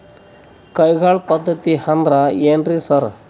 ಕೈಗಾಳ್ ಪದ್ಧತಿ ಅಂದ್ರ್ ಏನ್ರಿ ಸರ್?